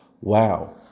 wow